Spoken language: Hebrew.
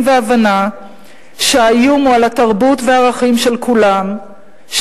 והבנה שהאיום הוא על התרבות והערכים של כולם,